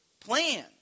Plan